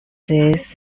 this